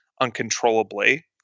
uncontrollably